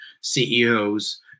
CEOs